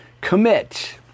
Commit